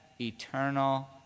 eternal